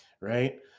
right